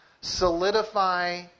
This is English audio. solidify